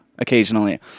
occasionally